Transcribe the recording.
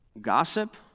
gossip